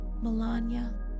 Melania